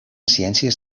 ciències